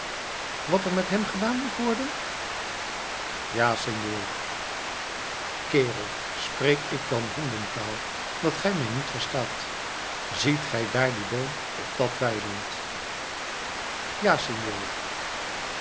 wat er met hem gedaan moet worden ja senor kerel spreek ik dan hondentaal dat gij mij niet verstaat ziet gij daar dien boom op dat weiland ja senor